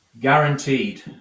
guaranteed